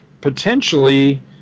potentially